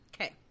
Okay